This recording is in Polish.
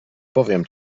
powiem